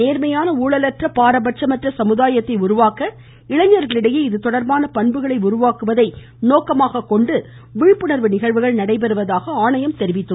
நேர்மையான ஊழலந்ற பாரபட்சமற்ற சமுதாயத்தை உருவாக்க இளைஞர்களிடையே இது தொடர்பான பண்புகளை உருவாக்குவதை நோக்கமாகக் கொண்டு விழிப்புணர்வு நிகழ்வுகள் நடைபெறுவதாக ஆணையம் தெரிவித்துள்ளது